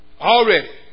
Already